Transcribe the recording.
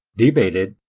debated,